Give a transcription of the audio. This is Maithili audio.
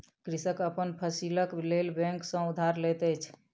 कृषक अपन फसीलक लेल बैंक सॅ उधार लैत अछि